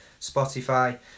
Spotify